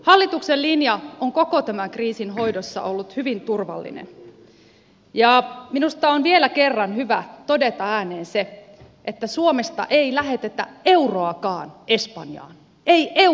hallituksen linja on koko tämän kriisin hoidossa ollut hyvin turvallinen ja minusta on vielä kerran hyvä todeta ääneen se että suomesta ei lähetetä euroakaan espanjaan ei euroakaan espanjaan